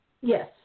Yes